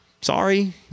Sorry